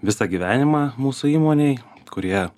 visą gyvenimą mūsų įmonėj kurie